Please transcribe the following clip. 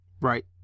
Right